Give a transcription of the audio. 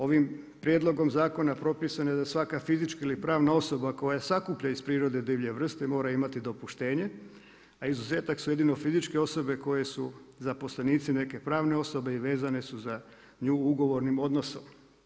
Ovim prijedlogom zakona propisano je da svaka fizička ili pravna osoba koja sakuplja iz prirode divlje vrsta mora imati dopuštenje, a izuzetak su jedino fizičke osobe koje su zaposlenici neke pravne osobe i vezane su za nju ugovornim odnosom.